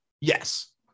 Yes